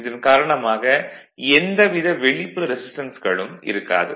இதன் காரணமாக எந்த வித வெளிப்புற ரெசிஸ்டன்ஸ்களும் இருக்காது